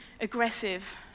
aggressive